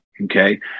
Okay